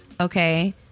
okay